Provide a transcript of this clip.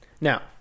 Now